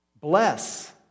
Bless